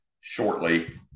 shortly